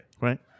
Right